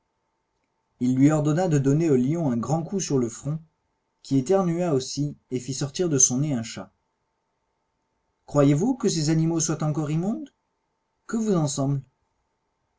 il lui ordonna de donner au lion un grand coup sur le front qui éternua aussi et fit sortir de son nez un chat croyez-vous que ces animaux soient encore immondes que vous